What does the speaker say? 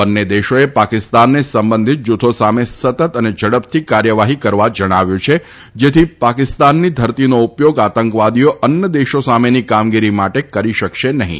બંને દેશોએ પાકિસ્તાનને સંબંધીત જૂથો સામે સતત અને ઝડપથી કાર્યવાઠ્ઠી કરવા જણાવ્યું છે જેથી પાકિસ્તાનની ધરતીનો ઉપયોગ આતંકવાદીઓ અન્ય દેશો સામેની કામગીરી માટે કરી શકશે નહીં